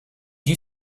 you